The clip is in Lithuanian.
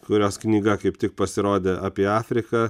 kurios knyga kaip tik pasirodė apie afriką